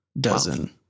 dozen